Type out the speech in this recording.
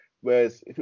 Whereas